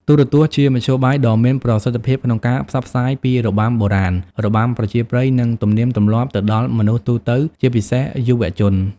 ទូរទស្សន៍ជាមធ្យោបាយដ៏មានប្រសិទ្ធភាពក្នុងការផ្សព្វផ្សាយពីរបាំបុរាណ របាំប្រជាប្រិយ និងទំនៀមទម្លាប់ទៅដល់មនុស្សទូទៅ ជាពិសេសយុវជន។